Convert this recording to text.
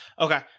Okay